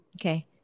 Okay